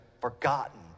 forgotten